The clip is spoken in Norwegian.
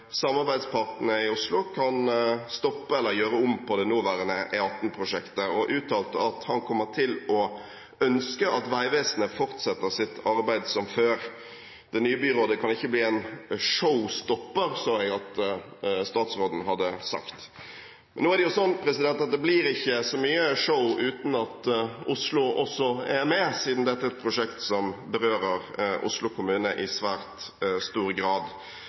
i Oslo skal kunne stoppe eller gjøre om det nåværende prosjektet», og uttalte at han «kommer til å ønske at Vegvesenet fortsetter sitt arbeid som før». Det nye byrådet kan ikke bli en «show-stopper», så jeg at statsråden hadde sagt. Men nå er det jo sånn at det blir ikke så mye show uten at Oslo også er med, siden dette er et prosjekt som berører Oslo kommune i svært stor grad,